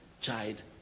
child